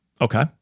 Okay